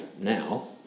now